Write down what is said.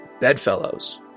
Bedfellows